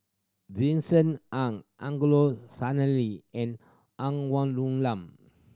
Vincent Ng Angelo Sanelli and Ng Woon Lam